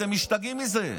אתם משתגעים מזה.